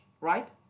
right